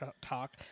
talk